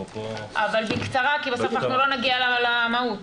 אבל בקצרה, כי בסוף לא נגיע למהות.